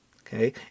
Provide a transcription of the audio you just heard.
Okay